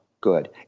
good